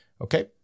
Okay